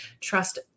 trust